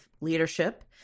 leadership